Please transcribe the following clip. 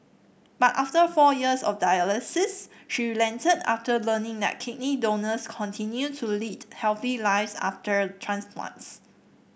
but after four years of dialysis she relented after learning that kidney donors continue to lead healthy lives after transplants